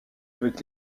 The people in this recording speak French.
avec